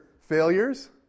failures